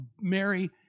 Mary